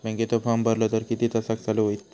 बँकेचो फार्म भरलो तर किती तासाक चालू होईत?